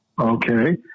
Okay